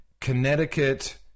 Connecticut